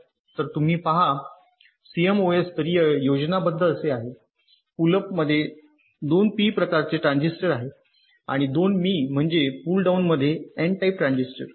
तर तुम्ही पहा सीएमओएस स्तरीय योजनाबद्ध असे आहे पुल अपमध्ये 2 पी प्रकारचे ट्रान्झिस्टर आहेत आणि 2 मी म्हणजे पुल डाउन मध्ये एन टाइप ट्रांझिस्टर